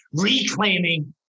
Reclaiming